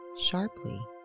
Sharply